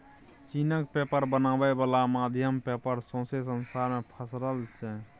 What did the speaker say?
चीनक पेपर बनाबै बलाक माध्यमे पेपर सौंसे संसार मे पसरल रहय